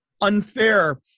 unfair